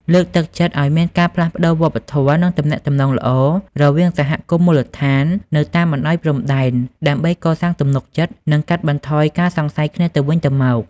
លើកទឹកចិត្តឱ្យមានការផ្លាស់ប្តូរវប្បធម៌ និងទំនាក់ទំនងល្អរវាងសហគមន៍មូលដ្ឋាននៅតាមបណ្តោយព្រំដែន ដើម្បីកសាងទំនុកចិត្ត និងកាត់បន្ថយការសង្ស័យគ្នាទៅវិញទៅមក។